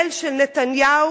ישראל של נתניהו,